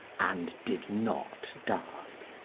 and did not die,